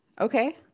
Okay